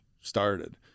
started